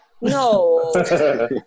No